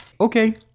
Okay